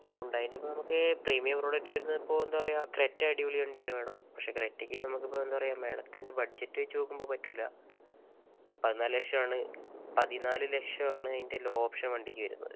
ഹ്യുണ്ടായിൻ്റെ ഇപ്പോൾ നമുക്ക് premium product വരുന്നതിപ്പോൾ എന്താ പറയുക ക്രെറ്റ അടിപൊളി വണ്ടിയാണ് മാഡം പക്ഷേ ക്രെറ്റക്ക് നമുക്ക് ഇപ്പോൾ എന്താ പറയുക മാഡത്തിൻ്റെ ബഡ്ജറ്റ് വെച്ചു നോക്കുമ്പോൾ പറ്റില്ല പതിനാല് ലക്ഷമാണ് പതിനാല് ലക്ഷമാണ് അതിൻ്റെ ലോ ഓപ്ഷൻ വണ്ടിക്ക് വരുന്നത്